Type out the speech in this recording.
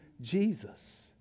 Jesus